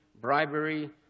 bribery